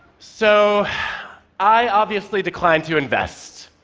so i obviously declined to invest.